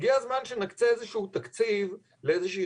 הגיע הזמן שנקצה איזשהו תקציב לאיזושהי